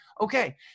Okay